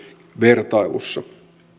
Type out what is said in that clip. vertailussa